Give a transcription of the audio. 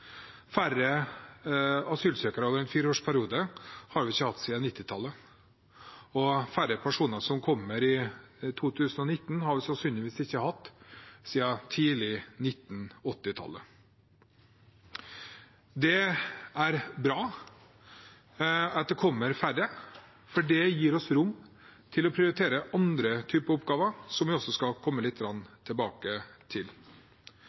Færre asylsøkere over en fireårsperiode har vi ikke hatt siden 1990-tallet, og færre personer som kommer enn i 2019, har vi sannsynligvis ikke hatt siden tidlig 1980-tall. Det er bra at det kommer færre, for det gir oss rom til å prioritere andre typer oppgaver, som vi også skal komme litt tilbake til.